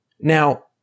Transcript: Now